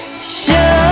Show